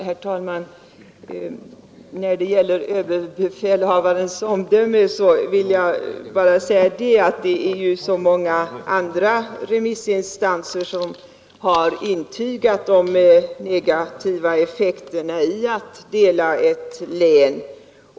Herr talman! Vad beträffar överbefälhavarens omdöme vill jag bara säga att andra remissinstanser har intygat de negativa effekter som blir följden av att man delar ett län.